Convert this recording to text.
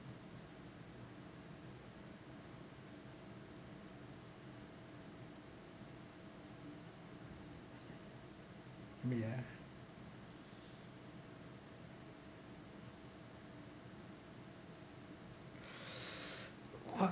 mm ya what